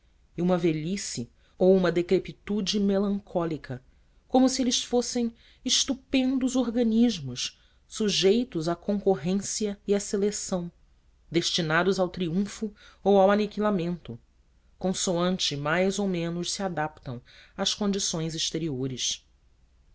e uma velhice ou uma decrepitude melancólica como se eles fossem estupendos organismos sujeitos à concorrência e à seleção destinados ao triunfo ou ao aniquilamento consoante mais ou menos se adaptam às condições exteriores